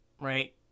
Right